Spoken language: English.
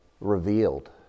revealed